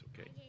Okay